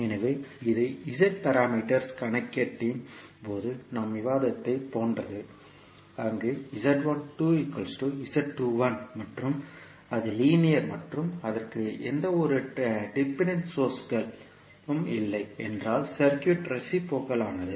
எனவே இது z parameters கணக்கீட்டின் போது நாம் விவாதித்ததைப் போன்றது அங்கு மற்றும் அது லீனியர் மற்றும் அதற்கு எந்தவொரு டிபெண்டன்ட் சோர்ஸ்கள் உம் இல்லை என்றால் சர்க்யூட் ரேசிப்ரோகல் ஆனது